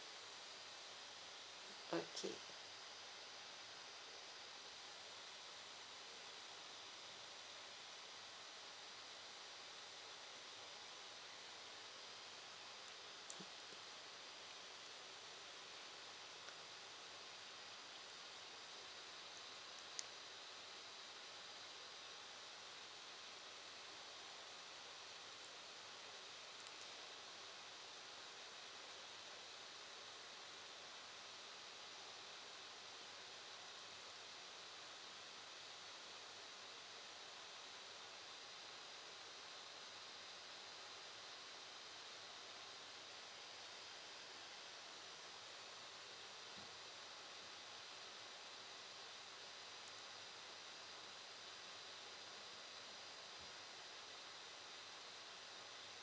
okay